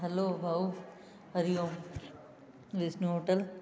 hello भाऊ Hariom Vishnu hotel